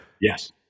Yes